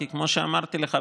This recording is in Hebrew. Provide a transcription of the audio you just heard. כי כמו שאמרתי לך,